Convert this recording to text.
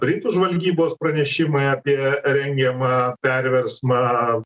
britų žvalgybos pranešimai apie rengiamą perversmą